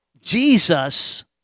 Jesus